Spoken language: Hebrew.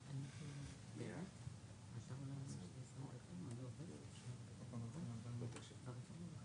דיור ציבורי אבל לא לשכר דירה.